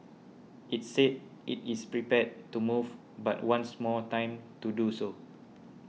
it said it is prepared to move but wants more time to do so